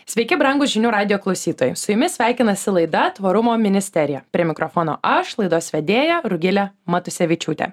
sveiki brangūs žinių radijo klausytojai su jumis sveikinasi laida tvarumo ministerija prie mikrofono aš laidos vedėja rugilė matusevičiūtė